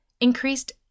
increased